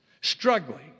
struggling